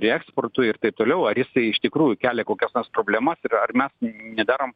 reeksportui ir taip toliau ar jisai iš tikrųjų kelia kokias nors problemas ir ar mes nedarom